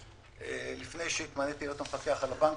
לפני שהתמניתי להיות המפקח על הבנקים.